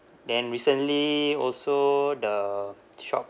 then recently also the shop